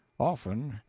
often,